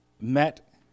met